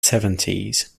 seventies